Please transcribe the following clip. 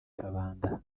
kabanda